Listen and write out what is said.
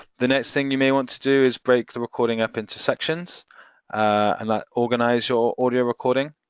the next thing you may want to do is break the recording up into sections and like organise your audio recording.